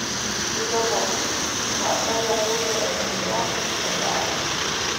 įdomu ką ta jo lūzerė sesuo čia daro